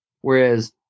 Whereas